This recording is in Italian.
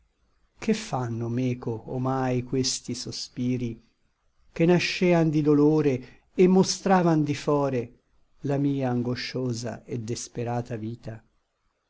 che fanno meco omai questi sospiri che nascean di dolore et mostravan di fore la mia angosciosa et desperata vita